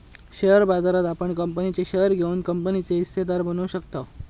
share बाजारात आपण कंपनीचे शेअर घेऊन कंपनीचे हिस्सेदार बनू शकताव